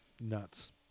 nuts